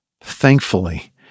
Thankfully